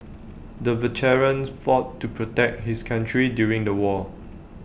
the veterans fought to protect his country during the war